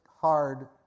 hard